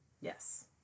Yes